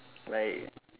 right